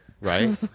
Right